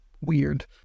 weird